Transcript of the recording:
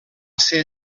ser